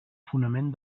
fonament